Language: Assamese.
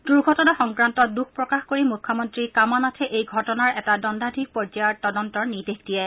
দুৰ্ঘটনা সংক্ৰান্তত দুঃখ প্ৰকাশ কৰি মুখ্যমন্ত্ৰী কমল নাথে এই ঘটনাৰ এটা দণ্ডাধীশ পৰ্যায়ৰ তদন্তৰ নিৰ্দেশ দিয়ে